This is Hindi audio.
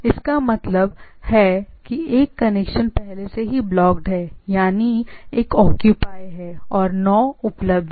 तो एक ब्लॉकड है एक पहले से ही ओकेउपाय है और नौ उपलब्ध हैं